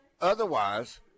otherwise